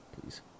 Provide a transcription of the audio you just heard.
Please